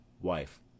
Wife